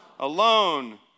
Alone